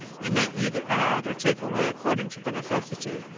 you may either adde, or take away, according to the necessity,